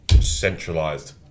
centralized